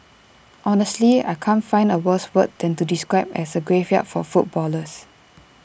honestly I can't find A worse word than to describe as A graveyard for footballers